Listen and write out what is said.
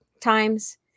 times